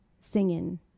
singing